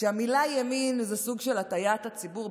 המילה "ימין" היא סוג של הטעיית הציבור.